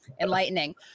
enlightening